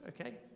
okay